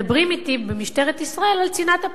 מדברים אתי במשטרת ישראל על צנעת הפרט.